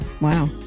Wow